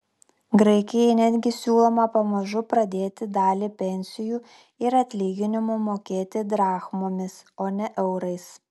graikijai netgi siūloma pamažu pradėti dalį pensijų ir atlyginimų mokėti drachmomis o ne eurais